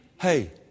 Hey